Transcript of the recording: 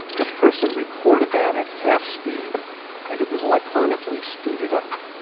this person recorded that at half speed and it was electronically speeded up.